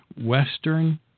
Western